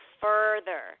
further